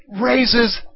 raises